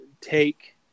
take